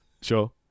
sure